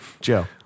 Joe